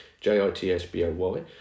J-I-T-S-B-O-Y